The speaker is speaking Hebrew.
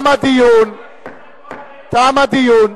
תם הדיון.